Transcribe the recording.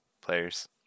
players